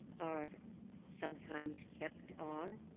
are sometimes kept on,